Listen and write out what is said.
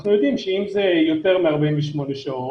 אנחנו יודעים שאם זה יותר מ-48 שעות,